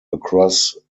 across